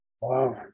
Wow